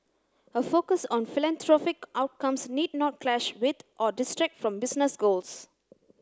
a focus on philanthropic outcomes need not clash with or distract from business goals